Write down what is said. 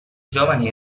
giovane